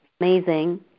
amazing